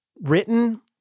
written